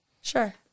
Sure